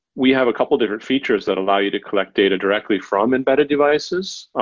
we have a couple different features that allow you to collect data directly from embedded devices,